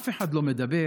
אף אחד לא מדבר,